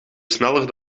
sneller